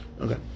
Okay